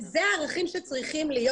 אלה הערכים שצריכים להיות.